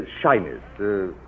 shyness